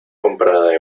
comprada